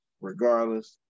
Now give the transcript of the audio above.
regardless